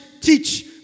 teach